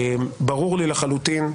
שברור לי לחלוטין,